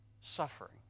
suffering